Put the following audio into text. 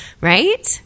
right